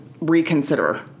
reconsider